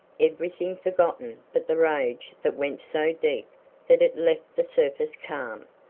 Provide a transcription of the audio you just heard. everything forgotten but the rage that went so deep that it left the surface calm.